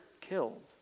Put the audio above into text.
killed